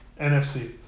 NFC